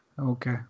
Okay